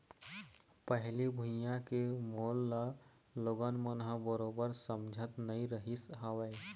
पहिली भुइयां के मोल ल लोगन मन ह बरोबर समझत नइ रहिस हवय